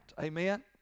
Amen